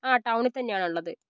ആ ടൗണിൽ തന്നെയാണുള്ളത്